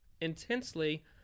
intensely